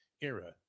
era